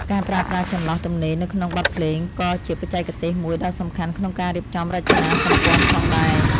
ការប្រើប្រាស់ចន្លោះទំនេរនៅក្នុងបទភ្លេងក៏ជាបច្ចេកទេសមួយដ៏សំខាន់ក្នុងការរៀបចំរចនាសម្ព័ន្ធផងដែរ។